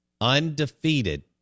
Undefeated